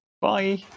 Bye